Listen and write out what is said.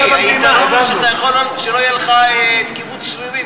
היתרון הוא שאתה יכול שלא יהיה לך כיווץ שרירים